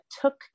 took